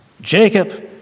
Jacob